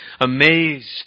amazed